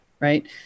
right